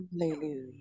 Hallelujah